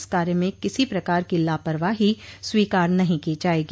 इस कार्य में किसी प्रकार की लापरवाही स्वीकार नहीं की जायेगी